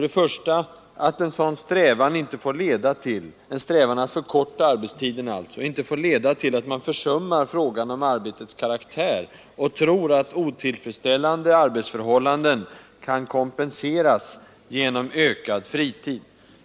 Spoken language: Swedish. Det första är, att en strävan att förkorta arbetstiden inte får leda till att man försummar frågan om arbetets karaktär och tror, att otillfredsställande arbetsförhållanden kan kompenseras genom ökad fritid.